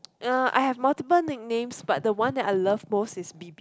uh I have multiple nickname but the one that I love most is B_B